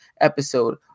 episode